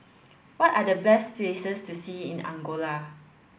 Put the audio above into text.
what are the best places to see in Angola